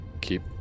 keep